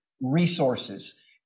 resources